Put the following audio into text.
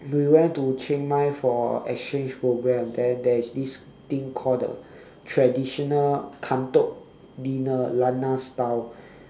we went to chiang mai for exchange programme then there is this thing called the traditional kamtok dinner lanna style